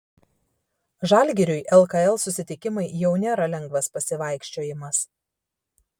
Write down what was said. žalgiriui lkl susitikimai jau nėra lengvas pasivaikščiojimas